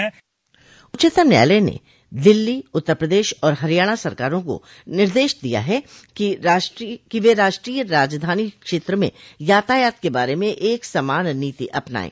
उच्चतम न्यायालय ने दिल्ली उत्तर प्रदेश और हरियाणा सरकारों को निर्देश दिया है कि वे राष्ट्रीय राजधानी क्षेत्र में यातायात के बारे में एक समान नीति अपनाएं